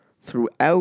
throughout